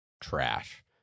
trash